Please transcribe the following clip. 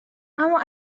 اما